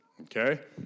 okay